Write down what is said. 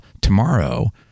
tomorrow